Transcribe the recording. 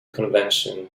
convention